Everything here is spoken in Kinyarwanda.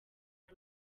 ari